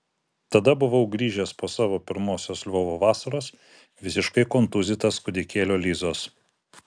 tada buvau grįžęs po savo pirmosios lvovo vasaros visiškai kontūzytas kūdikėlio lizos